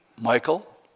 Michael